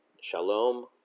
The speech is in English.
shalom